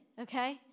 Okay